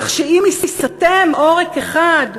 כך שאם ייסתם עורק אחד,